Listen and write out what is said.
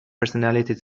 personality